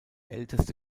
älteste